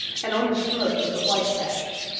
and on his throat was a white patch.